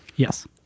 Yes